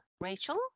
Rachel